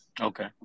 Okay